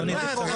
זה לא לכאורה.